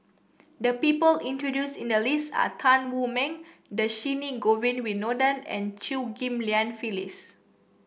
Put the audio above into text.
the people included in the list are Tan Wu Meng Dhershini Govin Winodan and Chew Ghim Lian Phyllis